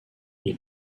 ils